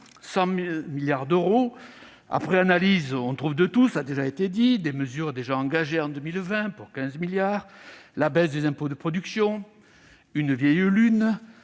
100 milliards d'euros. Après analyse, on trouve de tout, cela a été dit : des mesures déjà engagées en 2020, pour 15 milliards ; la baisse des impôts de production, une vieille lune,